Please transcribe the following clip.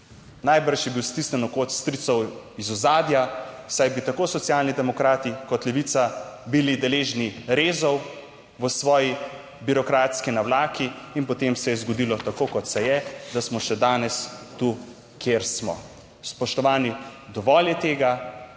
Najbrž je bil stisnjen v kot stricev iz ozadja, saj bi tako Socialni demokrati kot Levica bili deležni rezov v svoji birokratski navlaki. In potem se je zgodilo tako kot se je, da smo še danes tu, kjer smo. Spoštovani, dovolj je tega.